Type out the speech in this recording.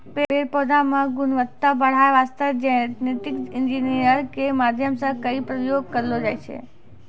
पेड़ पौधा मॅ गुणवत्ता बढ़ाय वास्तॅ जेनेटिक इंजीनियरिंग के माध्यम सॅ कई प्रयोग करलो जाय छै